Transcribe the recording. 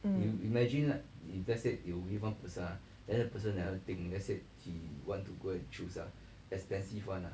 mm